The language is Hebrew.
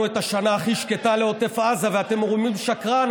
שנתנו את השנה הכי שקטה לעוטף עזה ואתם אומרים: שקרן,